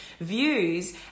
views